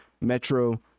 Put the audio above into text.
Metro